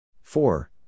Four